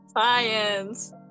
Science